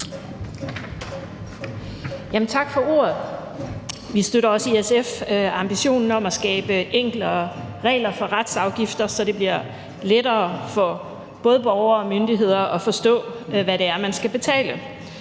Tak for ordet. Vi støtter også i SF ambitionen om at skabe enklere regler for retsafgifter, så det bliver lettere for både borgere og myndigheder at forstå, hvad det er, man skal betale.